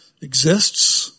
exists